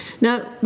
Now